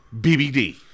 BBD